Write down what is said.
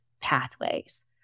pathways